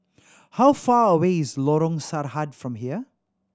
how far away is Lorong Sarhad from here